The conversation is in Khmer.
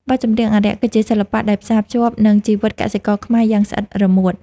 បទចម្រៀងអារក្ស គឺជាសិល្បៈដែលផ្សារភ្ជាប់នឹងជីវិតកសិករខ្មែរយ៉ាងស្អិតរមួត។